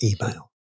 email